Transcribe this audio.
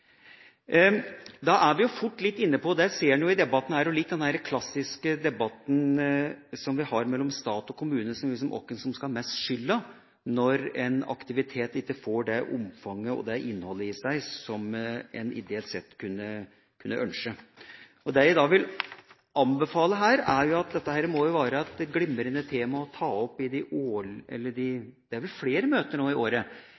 Da er vi fort litt inne på – det ser en jo også i denne debatten – den klassiske debatten som vi har mellom stat og kommune, om hvem som mest skal ha skylda når en aktivitet ikke får det omfanget og det innholdet i seg som en ideelt sett kunne ønske. Det jeg da vil si – og anbefale – er at dette må være et glimrende tema å ta opp i